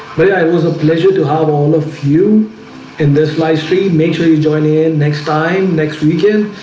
but yeah it was a pleasure to have all of you in this live stream make sure you join in next time next weekend,